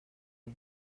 web